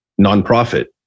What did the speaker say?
nonprofit